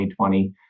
2020